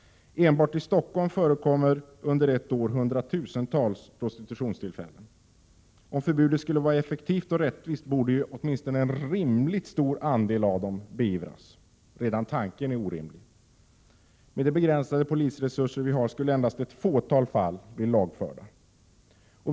Enbart i Stockholm förekommer under ett år hundratusentals prostitutionstillfällen. Om förbudet skulle vara effektivt och rättvist borde åtminstone en rimligt stor andel av dem beivras — redan tanken är orimlig. Med de begränsade polisresurser vi har skulle endast ett fåtal fall bli lagförda.